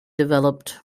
developed